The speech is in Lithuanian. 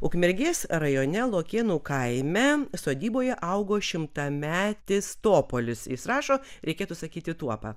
ukmergės rajone lokėnų kaime sodyboje augo šimtametis topolis jis rašo reikėtų sakyti tuopa